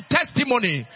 testimony